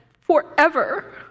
forever